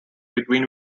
between